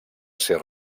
ser